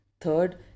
third